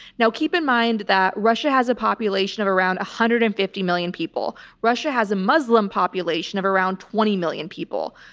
now keep in mind that russia has a population of around one hundred and fifty million people. russia has a muslim population of around twenty million people.